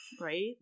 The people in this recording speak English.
Right